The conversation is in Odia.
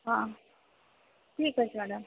ହଁ ଠିକ ଅଛି ମ୍ୟାଡମ